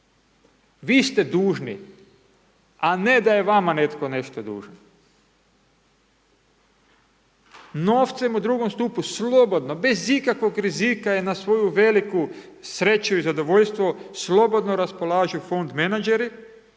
Vi ste dužni, a ne da je vama netko nešto dužan. Novcem u drugom stupu, slobodno, bez ikakvog rizika je na svoju veliku sreću i zadovoljstvo, slobodno raspolažu fond menadžeri,